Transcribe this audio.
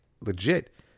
legit